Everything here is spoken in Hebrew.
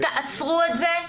תעצרו את זה.